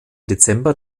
dezember